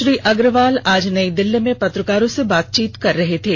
श्री अग्रवाल आज नई दिल्ली में पत्रकारों से बातचीत कर रहे थे